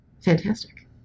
Fantastic